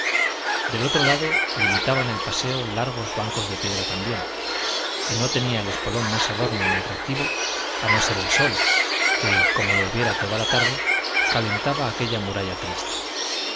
del otro lado limitaban el paseo largos bancos de piedra también y no tenía el espolón más adorno ni atractivo a no ser el sol que como lo hubiera toda la tarde calentaba aquella muralla triste